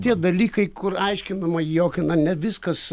tie dalykai kur aiškinama jog ne viskas